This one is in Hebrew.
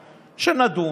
שנדון,